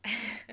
（ppo)